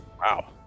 wow